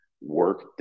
work